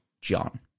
John